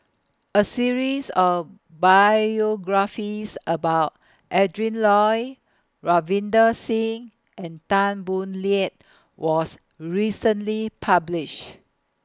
A series of biographies about Adrin Loi Ravinder Singh and Tan Boo Liat was recently published